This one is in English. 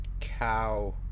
cow